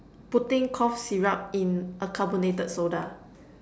putting cough syrup in a carbonated soda